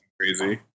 crazy